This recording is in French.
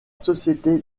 société